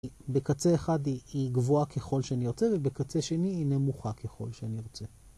בקצה אחד היא גבוהה ככל שאני רוצה ובקצה שני היא נמוכה ככל שאני רוצה.